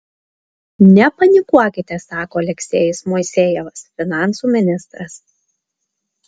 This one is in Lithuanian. nepanikuokite sako aleksejus moisejevas finansų ministras